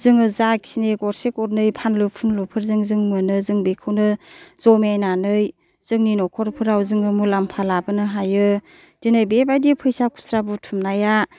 जोङो जाखिनि गरसे गरनै फानलु फुनलुफोरजों जों मोनो जों बेखौनो जमानानै जोंनि नख'रफोराव जोङो मुलाम्फा लाबोनो हायो दिनै बेबायदि फैसा खुस्रा बुथुमनाया